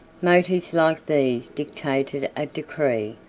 motives like these dictated a decree,